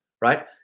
right